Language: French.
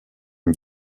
une